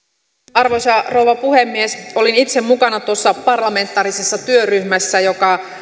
arvoisa rouva puhemies olin itse mukana tuossa parlamentaarisessa työryhmässä joka